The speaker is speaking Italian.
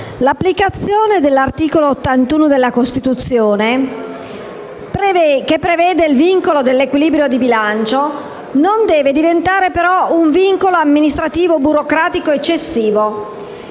L'applicazione dell'articolo 81 della Costituzione, che prevede il vincolo dell'equilibrio di bilancio, non deve diventare però un vincolo amministrativo burocratico eccessivo